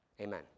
Amen